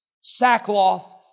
Sackcloth